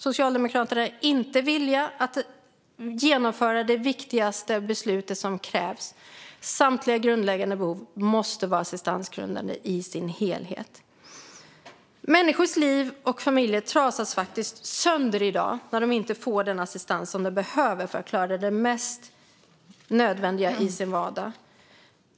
Socialdemokraterna är inte villiga att genomföra det viktiga beslut som krävs om att samtliga grundläggande behöv måste vara assistansgrundande i sin helhet. Människors liv och familjer trasas sönder i dag när de inte får den assistans som de behöver för att klara det mest nödvändiga i sin vardag.